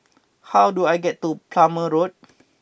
how do I get to Plumer Road